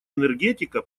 энергетика